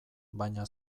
baina